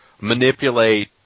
manipulate